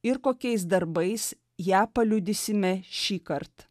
ir kokiais darbais ją paliudysime šįkart